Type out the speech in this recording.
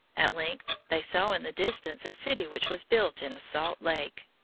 at length they saw in the distance a city which was built in a salt lake.